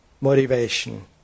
motivation